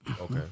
Okay